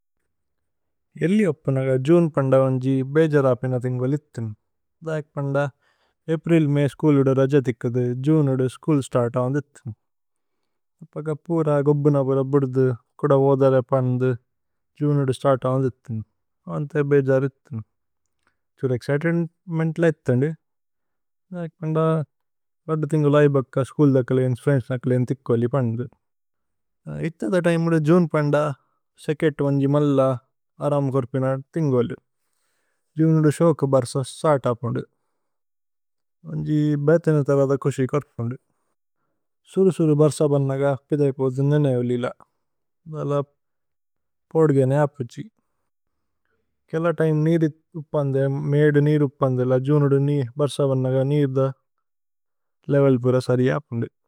ഏല്ലി ഉപ്പനഗ ജുന് പന്ദ വന്ജി ബേജര അപിന। തിന്ഗുല് ഇത്തിന് ധൈക് പന്ദ അപ്രി മയ് സ്കൂല് ഉദു। രജ തിക്കുദു ജുന് ഉദു സ്കൂല് സ്തര്ത ഓന്ദിത്തിന്। ഉപ്പഗ പൂര ഗോബ്ബുന ബുര ബുദുദു കുദ വോദര। പന്ദു ജുന് ഉദു സ്തര്ത ഓന്ദിത്തിന് ഓന്ഥേ ബേജര। ഇത്തിന് ഛ്ഹുര് ഏക്സ്ചിതേദ് മേന്തല ഇത്ഥന്ദി ധൈക്। പന്ദ ലദ്ദു തിന്ഗുല് ഐബക്ക സ്കൂല് ധേകലി ഏന്സ്। ഫ്രേന്ത്സ് ധേകലി ഏന് തിക്കു ഓലിപന്ദു ഇത്ത ധേ। തിമേ ഉദു ജുന് പന്ദ സേകേത്തു വന്ജി മല്ല അരമ। കോര്പിന തിന്ഗുല് ജുന് ഉദു ശോകു ബര്സ സ്തര്ത। ഓന്ദിത്തിന് വന്ജി ബേതിന തരദ കുശി കോര്പോന്ദിത്തിന്। സുരു സുരു ബര്സ ബന്നഗ പിദേകോദു നേനേ ഓലില। ധല പോദുഗേ നേഅപ്പു ജി കേല തിമേ നീര് ഉപ്പന്ദേല। മീദു നീര് ഉപ്പന്ദേല ജുന് ഉദു ബര്സ ബന്നഗ। നീര്ദ ലേവേല് പുര സരി അപ്പോന്ദിത്തിന്।